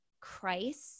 Christ